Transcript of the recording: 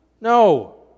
No